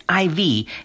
IV